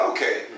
Okay